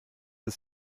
des